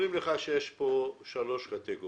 אומרים לך שיש פה שלוש קטגוריות,